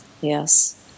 Yes